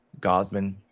Gosman